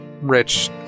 rich